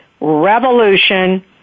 revolution